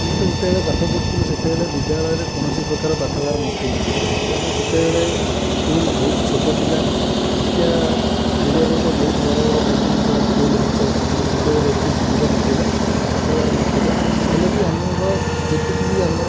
ଆମେ ତ ଯେତେବେଳେ ପାଠ ପଢ଼ୁଥିଲୁ ସେତେବେଳେ ବିଦ୍ୟାଳୟରେ କୌଣସି ପ୍ରକାର ପାଠାଗାର ନଥିଲା କାରଣ ସେତେବେଳେ ସ୍କୁଲ ବହୁତ ଛୋଟ ଥିଲା ଆଜିକା ଯୁଗରେ ତ ବହୁତ ବଡ଼ ବଡ଼ ବିଲ୍ଡିଙ୍ଗ ସବୁ ସ୍କୁଲ ହୋଇଚାଲିଛି କିନ୍ତୁ ସେତେବେଳେ ଏତେ ସୁବିଧା ନଥିଲା ପାଠାଗାର ନଥିଲା ହେଲେ ବି ଆମର ଯେତିକି ବି ଆମର